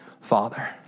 father